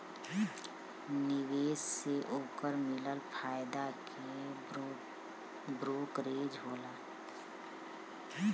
निवेश से ओकर मिलल फायदा के ब्रोकरेज होला